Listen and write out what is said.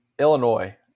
Illinois